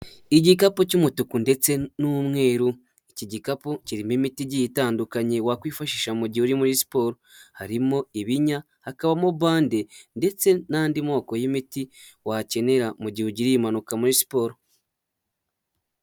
Igikapu cy'umutuku ndetse n'umweru, iki gikapu kirimo imiti igiye itandukanye wakwifashisha mu gihe uri muri siporo. Harimo ibinya, hakabamo bande ndetse n'andi moko y'imiti wakenera mu gihe ugiriye impanuka muri siporo.